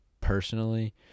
personally